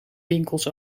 winkels